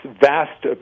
vast